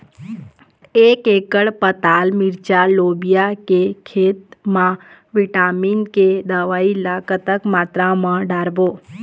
एक एकड़ पताल मिरचा लोबिया के खेत मा विटामिन के दवई ला कतक मात्रा म डारबो?